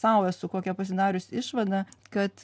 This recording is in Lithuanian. sau esu kokią pasidarius išvadą kad